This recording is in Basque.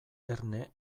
erne